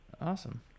Awesome